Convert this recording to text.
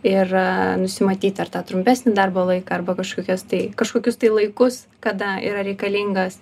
ir nusimatyt ar tą trumpesnį darbo laiką arba kažkokias tai kažkokius tai laikus kada yra reikalingas